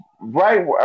right